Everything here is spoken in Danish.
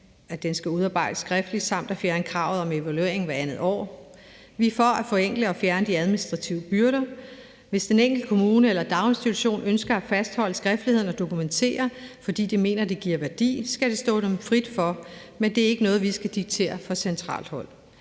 at den skal udarbejdes skriftligt, samt at fjerne kravet om evaluering hvert andet år. Vi er for at forenkle og fjerne de administrative byrder. Hvis den enkelte kommune eller daginstitution ønsker at fastholde skriftligheden og dokumentere, fordi de mener, det giver værdi, skal det stå dem frit for, men det er ikke noget, vi skal diktere fra centralt hold.